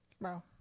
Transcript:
bro